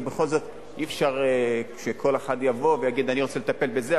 כי בכל זאת אי-אפשר שכל אחד יבוא ויגיד: אני רוצה לטפל בזה,